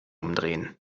umdrehen